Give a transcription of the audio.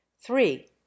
three